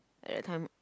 at that time